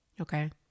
Okay